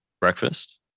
breakfast